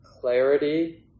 clarity